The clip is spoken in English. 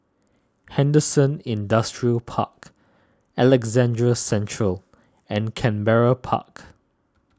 Henderson Industrial Park Alexandra Central and Canberra Park